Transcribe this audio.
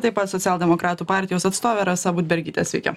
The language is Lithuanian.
taip pat socialdemokratų partijos atstovė rasa budbergytė sveiki